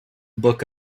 book